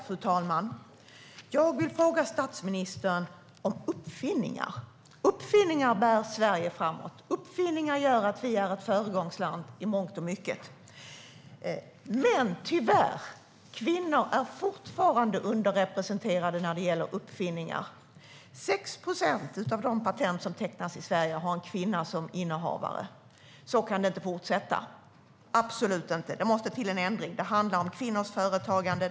Fru talman! Jag vill fråga statsministern om uppfinningar. Uppfinningar bär Sverige framåt. Uppfinningar gör att vi är ett föregångsland i mångt och mycket. Men tyvärr är kvinnor fortfarande underrepresenterade när det gäller uppfinningar. 6 procent av de patent som tecknas i Sverige har en kvinna som innehavare. Så kan det inte fortsätta, absolut inte. Det måste till en ändring. Det handlar om kvinnors företagande.